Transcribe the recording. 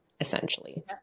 essentially